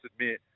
admit